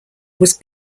was